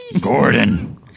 Gordon